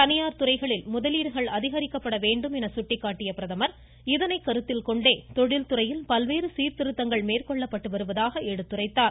தனியார் துறைகளில் முதலீடுகள் அதிகரிக்கப்பட வேண்டும் என்று சுட்டிக்காட்டிய அவர் இதனைக் கருத்தில் கொண்டே தொழில் துறையில் பல்வேறு சீர்திருத்தங்கள் மேற்கொள்ளப்பட்டு வருவதாக எடுத்துரைத்தார்